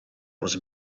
was